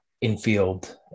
infield